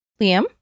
Liam